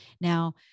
Now